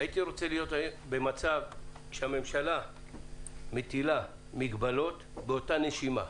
הייתי רוצה להיות במצב שהממשלה מטילה מגבלות באותה נשימה,